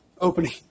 opening